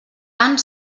tant